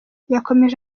yakomeje